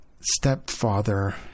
stepfather